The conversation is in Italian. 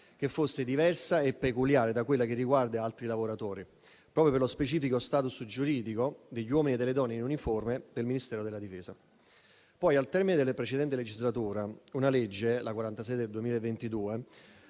che è forse diversa e peculiare da quella che riguarda altri lavoratori, proprio per lo specifico *status* giuridico degli uomini e delle donne in uniforme del Ministero della difesa. Al termine della precedente legislatura la legge n. 46 del 2022,